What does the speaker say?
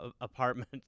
apartment